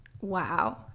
Wow